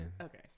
Okay